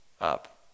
up